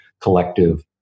collective